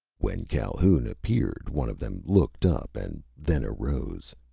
when calhoun appeared one of them looked up and then arose.